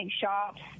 shops